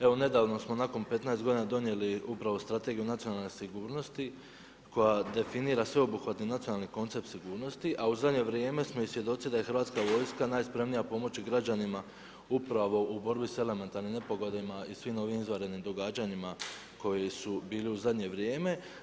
Evo nedavno smo nakon 15 godina donijeli upravo Strategiju nacionalne sigurnosti koja definira sveobuhvatni nacionalni koncept sigurnosti a u zadnje vrijeme smo i svjedoci da je Hrvatska vojska najspremnija pomoći građanima upravo u borbi sa elementarnim nepogodama i svim ovim izvanrednim događanjima koji su bili u zadnje vrijeme.